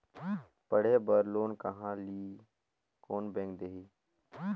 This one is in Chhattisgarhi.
पढ़े बर लोन कहा ली? कोन बैंक देही?